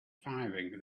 firing